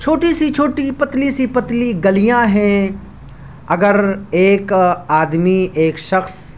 چھوٹی سی چھوٹی پتلی سی پتلی گلیاں ہیں اگر ایک آدمی ایک شخص